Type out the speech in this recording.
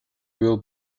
will